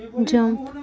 jump